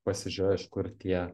pasižiūrėjo iš kur tie